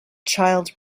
child